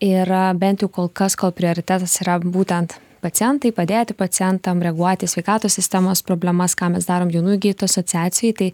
ir bent jau kol kas kol prioritetas yra būtent pacientai padėti pacientam reaguoti į sveikatos sistemos problemas ką mes darom jaunųjų gytojų asociacijoj tai